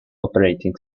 operating